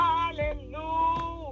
Hallelujah